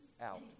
out